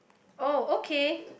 oh okay